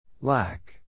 Lack